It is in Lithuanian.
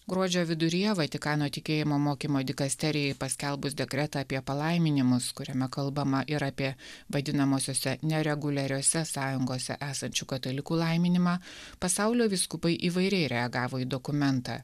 gruodžio viduryje vatikano tikėjimo mokymo dikasterijai paskelbus dekretą apie palaiminimus kuriame kalbama ir apie vadinamosiose nereguliariose sąjungose esančių katalikų laiminimą pasaulio vyskupai įvairiai reagavo į dokumentą